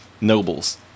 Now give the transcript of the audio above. nobles